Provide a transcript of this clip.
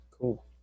cool